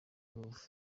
rubavu